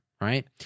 right